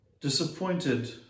disappointed